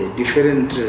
different